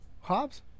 Hobbs